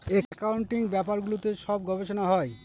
accounting ব্যাপারগুলোতে সব গবেষনা হয়